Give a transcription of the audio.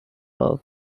off